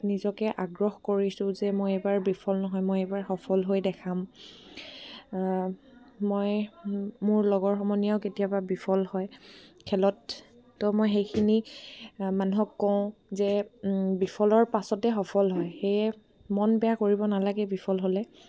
নিজকে আগ্ৰহ কৰিছোঁ যে মই এইবাৰ বিফল নহয় মই এইবাৰ সফল হৈ দেখাম মই মোৰ লগৰ সমনীয়াও কেতিয়াবা বিফল হয় খেলত তো মই সেইখিনি মানুহক কওঁ যে বিফলৰ পাছতে সফল হয় সেয়ে মন বেয়া কৰিব নালাগে বিফল হ'লে